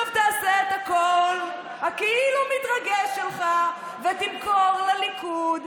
את אפילו לא הולכת ללוויות,